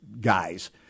guys